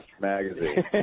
magazine